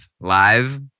live